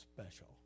special